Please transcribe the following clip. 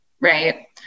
Right